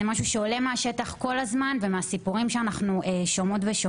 זה משהו שעולה מהשטח כל הזמן ומהסיפורים שאנחנו שומעים.